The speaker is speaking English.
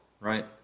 right